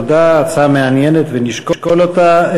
תודה, הצעה מעניינת ונשקול אותה.